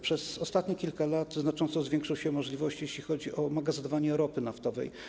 Przez kilka ostatnich lat znacząco zwiększą się możliwości, jeśli chodzi o magazynowanie ropy naftowej.